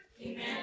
Amen